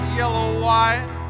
yellow-white